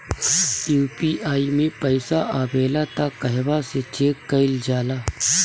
UPI मे पइसा आबेला त कहवा से चेक कईल जाला?